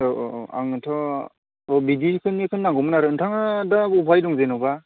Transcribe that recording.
औ औ औ आंनोथ' बिदिफोरनिखौनो नांगौमोन आरो नोंथाङा दा बबेहाय दं जेनेबा